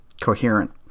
coherent